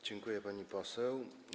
Dziękuję, pani poseł.